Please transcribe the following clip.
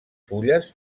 fulles